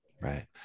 Right